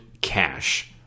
cash